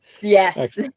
yes